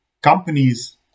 Companies